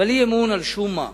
אבל אי-אמון על שום מה?